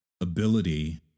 ability